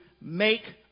make